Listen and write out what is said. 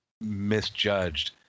misjudged